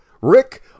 Rick